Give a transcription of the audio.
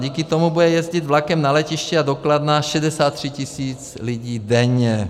Díky tomu bude jezdit vlakem na letiště a do Kladna 63 tis. lidí denně.